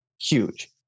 huge